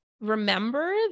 remember